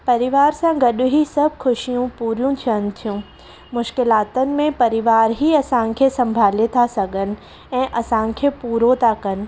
परिवार सां गॾु ई सभु ख़ुशियूं पूरियूं थियनि थियूं मुश्किलातुनि में परिवार ई असांखे संभाले था सघनि ऐं असांखे पूरो था करनि